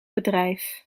bedrijf